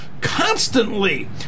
constantly